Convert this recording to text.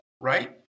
right